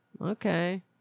okay